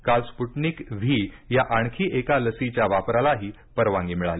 काल Sputnik V या आणखी एका लसीच्या वापरालाही परवानगी मिळाली